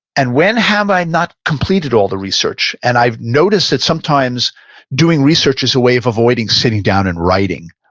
and when, humbly i'd not completed all the research? and i've noticed that sometimes doing research is a way of avoiding sitting down and writing,